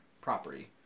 property